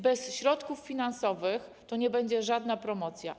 Bez środków finansowych to nie będzie żadna promocja.